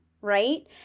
right